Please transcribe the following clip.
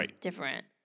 different